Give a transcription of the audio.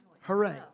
Hooray